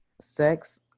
sex